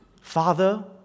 Father